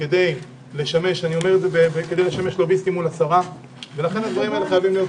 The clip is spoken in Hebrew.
כדי לשמש לוביסטים מול השרה לכן הדברים האלה חייבים להיות.